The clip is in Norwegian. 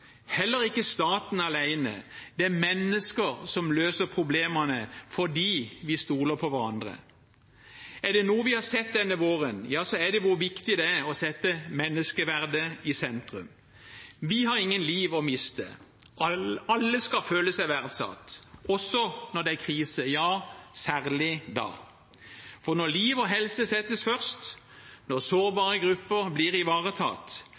fordi vi stoler på hverandre. Er det noe vi har sett denne våren, er det hvor viktig det er å sette menneskeverdet i sentrum. Vi har ingen liv å miste. Alle skal føle seg verdsatt, også når det er krise – ja, særlig da. Når liv og helse settes først, når sårbare grupper blir ivaretatt,